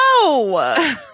No